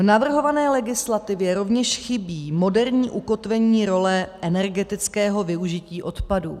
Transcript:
V navrhované legislativě rovněž chybí moderní ukotvení role energetického využití odpadů.